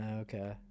okay